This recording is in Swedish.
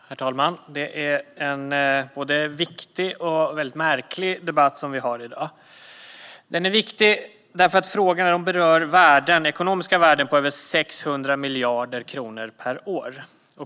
Herr talman! Det är en både viktig och mycket märklig debatt som vi har i dag. Den är viktig, eftersom frågorna berör ekonomiska värden på över 600 miljarder kronor per år.